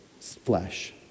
flesh